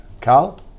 Carl